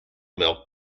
milk